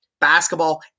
basketball